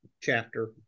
chapter